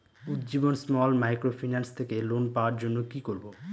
Ujjivan small microfinance থেকে loan পাওয়ার জন্য কি করব?